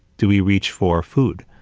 do we reach for food?